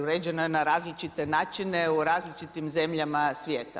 Uređeno je na različite načine, u različitim zemljama svijeta.